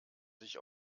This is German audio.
sich